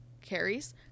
carrie's